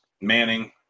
Manning